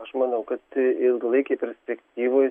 aš manau kad ilgalaikėj perspektyvoj